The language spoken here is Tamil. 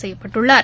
செய்யப்பட்டுள்ளார்